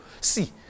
See